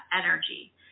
energy